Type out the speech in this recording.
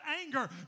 anger